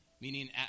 Meaning